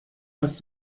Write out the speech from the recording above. aus